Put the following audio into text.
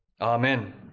amen